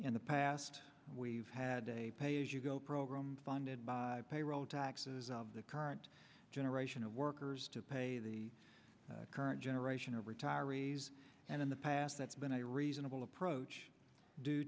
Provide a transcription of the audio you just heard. in the past we've had a pay as you go program funded by payroll taxes the current generation of workers to pay the current generation of retirees and in the past that's been a reasonable approach due